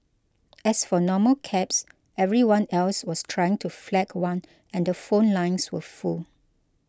as for normal cabs everyone else was trying to flag one and the phone lines were full